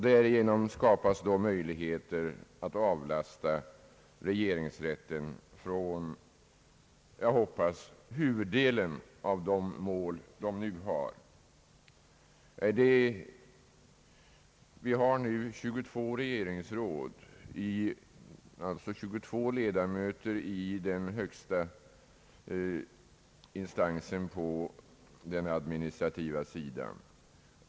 Därigenom skapas då möjligheter att avlasta regeringsrätten huvuddelen av de mål som den nu har. Vi har nu 22 regeringsråd, alltså 22 ledamöter i den högsta instansen på den administrativa sidan.